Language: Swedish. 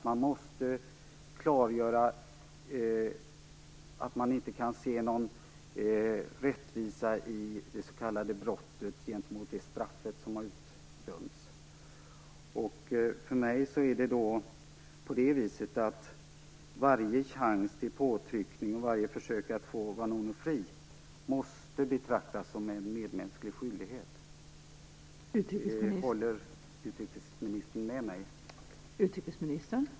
Man måste klargöra att man inte kan se någon rättvisa i det utdömda straffet i relation till det s.k. brottet. Enligt min mening måste varje chans till påtryckning och varje chans att få Vanunu fri betraktas som en medmänsklig skyldighet.